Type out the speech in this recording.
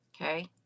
Okay